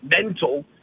mental